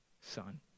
son